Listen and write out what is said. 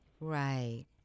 Right